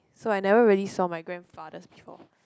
so I never really saw my grandfathers before